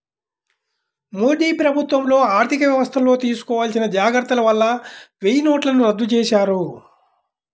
మోదీ ప్రభుత్వంలో ఆర్ధికవ్యవస్థల్లో తీసుకోవాల్సిన జాగర్తల వల్ల వెయ్యినోట్లను రద్దు చేశారు